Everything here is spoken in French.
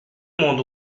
monde